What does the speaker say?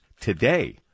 today